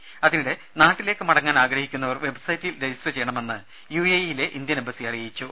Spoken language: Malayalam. രുമ അതിനിടെ നാട്ടിലേക്ക് മടങ്ങാൻ ആഗ്രഹിക്കുന്നവർ വെബ്സൈറ്റിൽ രജിസ്റ്റർ ചെയ്യണമെന്ന് യു എ ഇ യിലെ ഇന്ത്യൻ എംബസി അറിയിച്ചു